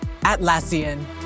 Atlassian